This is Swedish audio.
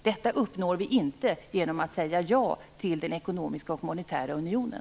Det uppnår vi inte genom att säga ja till den ekonomiska och monetära unionen.